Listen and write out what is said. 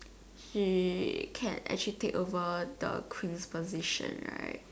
she can actually take over the Queen's position right